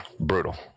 Brutal